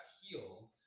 healed